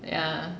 yeah